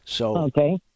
Okay